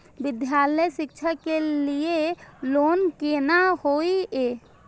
विद्यालय शिक्षा के लिय लोन केना होय ये?